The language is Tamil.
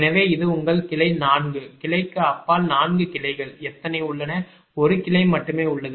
எனவே இது உங்கள் கிளை 4 கிளைக்கு அப்பால் 4 கிளைகள் எத்தனை உள்ளன 1 கிளை மட்டுமே உள்ளது